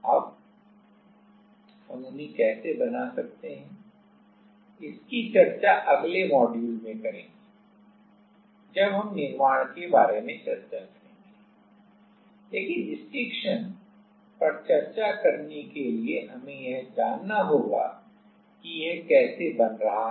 अब हम उन्हें कैसे बना सकते हैं इसकी चर्चा अगले मॉड्यूल में करेंगे जब हम निर्माण के बारे में चर्चा करेंगे लेकिन स्टिक्शन पर चर्चा करने के लिए हमें यह जानना होगा कि यह कैसे बन रहा है